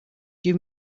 give